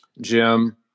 Jim